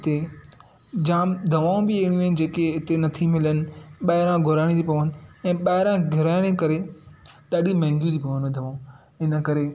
हिते जाम दवाऊं बि अहिड़ियूं आहिनि जेके हिते नथी मिलनि ॿाहिरां घुराइणी थियूं पवन ऐं ॿाहिरां घुराइण जे करे ॾाढी महांगियूं थी पवन इहे दवाऊं हिन करे